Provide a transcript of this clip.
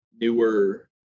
newer